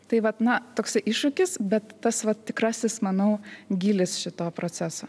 tai vat na toksai iššūkis bet tas vat tikrasis manau gylis šito proceso